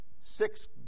Six